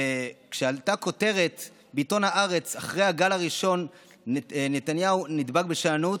כשעלתה כותרת בעיתון הארץ: אחרי הגל הראשון נתניהו נדבק בשאננות,